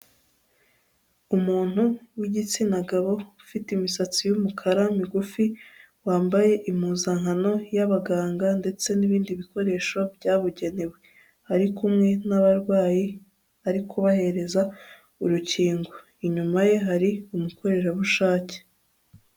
Umuntu w'igitsina gabo ufite imisatsi y'umukara migufi wambaye impuzankano y'abaganga ndetse n'ibindi bikoresho byabugenewe ari kumwe n'abarwayi ari kubahereza urukingo inyuma ye hari umukorerabushake.